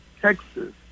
Texas